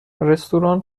رستوران